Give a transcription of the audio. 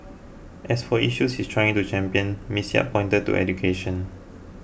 as for issues she is trying to champion Ms Yap pointed to education